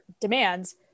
demands